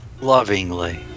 Lovingly